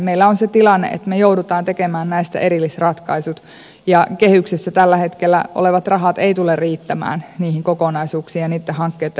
meillä on se tilanne että me joudumme tekemään näistä erillisratkaisut ja kehyksessä tällä hetkellä olevat rahat eivät tule riittämään niihin kokonaisuuksiin ja niitten hankkeitten hoitamiseen